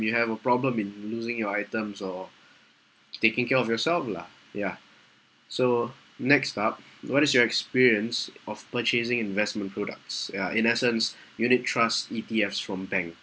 you have a problem in losing your items or taking care of yourself lah ya so next up what is your experience of purchasing investment products ya in essence unit trust E_T_F from bank